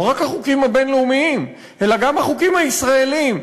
לא רק החוקים הבין-לאומיים אלא גם החוקים הישראליים,